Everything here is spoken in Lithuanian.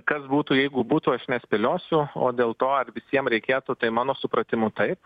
kas būtų jeigu būtų aš nespėliosiu o dėl to ar visiem reikėtų tai mano supratimu taip